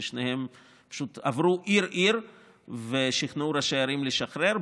ששניהם פשוט עברו עיר-עיר ושכנעו ראשי ערים לשחרר,